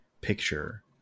picture